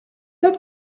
être